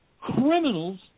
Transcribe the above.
criminals